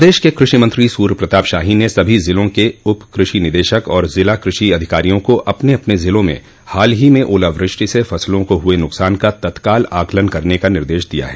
प्रदेश के कृषि मंत्री सूर्य प्रताप शाही ने सभी जिलों के उप कृषि निदेशक और जिला कृषि अधिकारियों को अपने अपने ज़िलों में हाल ही में ओलावृष्टि से फसलों को हुए नुकसान का तत्काल आकलन करने का निर्देश दिया है